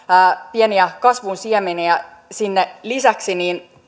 pieniä kasvun siemeniä sinne lisäksi